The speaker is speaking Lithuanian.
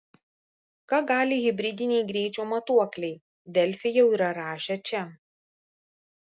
ką gali hibridiniai greičio matuokliai delfi jau yra rašę čia